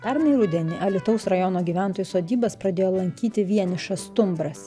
pernai rudenį alytaus rajono gyventojų sodybas pradėjo lankyti vienišas stumbras